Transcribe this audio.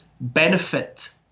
benefit